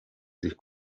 sich